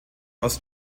aus